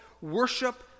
worship